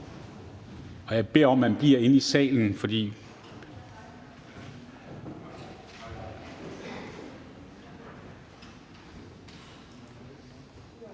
Jeg beder om, at man bliver inde i salen.